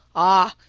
ah,